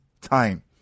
time